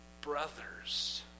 brothers